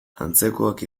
antzekoak